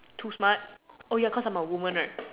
too smart ya cause I'm a woman right